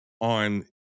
on